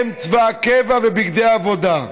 הם צבא הקבע בבגדי העבודה.